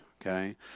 okay